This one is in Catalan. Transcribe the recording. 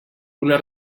una